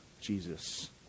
Jesus